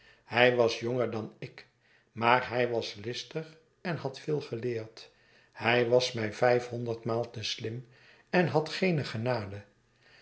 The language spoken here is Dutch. hij was jonger dan ik maar hij was listig en had veel geleerd hij was mij vijf honderdmaal te slim en had geene genade